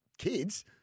Kids